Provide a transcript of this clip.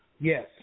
Yes